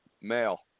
male